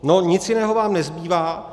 No, nic jiného vám nezbývá.